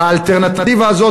והאלטרנטיבה הזאת,